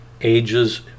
ages